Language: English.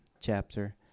chapter